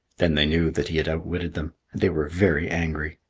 then they knew that he had outwitted them, and they were very angry.